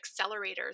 accelerators